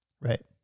right